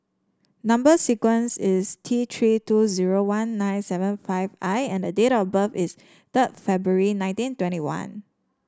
number sequence is T Three two zero one nine seven five I and the date of birth is third February nineteen twenty one